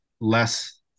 less